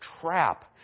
trap